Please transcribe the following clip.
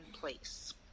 place